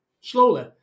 slowly